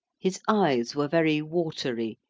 his eyes were very watery,